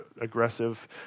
aggressive